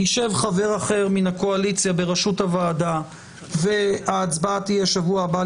ישב חבר אחר מן הקואליציה בראשות הוועדה וההצבעה תהיה בשבוע הבא,